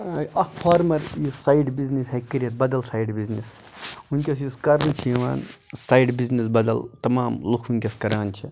اکھ فارمَر یُس side business ہیٚکہِ کٔرِتھ بَدَل سایِڈ بِزنِس ونکٮ۪س یُس کَرنہٕ چھُ یِوان سایڈ بِزنِس بَدَل تَمام لُکھ ونکٮ۪س کَران چھِ